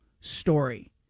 story